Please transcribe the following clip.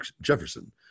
Jefferson